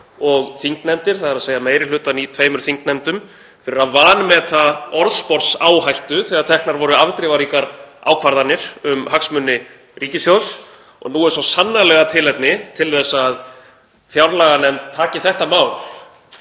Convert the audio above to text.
og þingnefndir, þ.e. meiri hlutann í tveimur þingnefndum, fyrir að vanmeta orðsporsáhættu þegar teknar voru afdrifaríkar ákvarðanir um hagsmuni ríkissjóðs. Nú er svo sannarlega tilefni til þess að fjárlaganefnd taki þetta mál